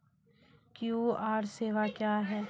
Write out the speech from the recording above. QR सेवा क्या हैं?